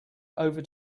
over